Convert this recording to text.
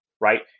right